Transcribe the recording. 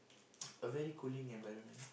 a very cooling environment